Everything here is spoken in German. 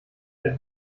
der